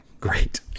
great